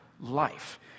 life